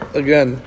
again